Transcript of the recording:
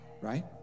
right